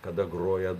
kada groja